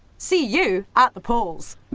see you at the polls,